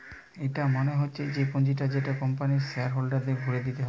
এটা মনে হচ্ছে সেই পুঁজিটা যেটা কোম্পানির শেয়ার হোল্ডারদের ঘুরে দিতে হয়